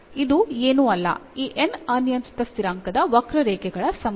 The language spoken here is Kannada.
ಇದು ಏನೂ ಅಲ್ಲ ಈ n ಅನಿಯಂತ್ರಿತ ಸ್ಥಿರಾಂಕದ ವಕ್ರರೇಖೆಗಳ ಸಮೂಹ